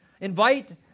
Invite